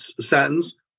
sentence